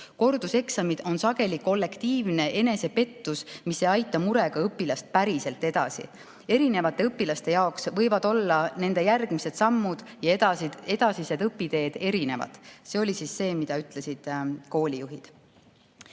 Korduseksamid on sageli kollektiivne enesepettus, mis ei aita murega õpilast päriselt edasi. Erinevate õpilaste jaoks võivad olla nende järgmised sammud ja edasised õpiteed erinevad." See oli see, mida ütlesid koolijuhid. Viies